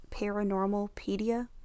Paranormalpedia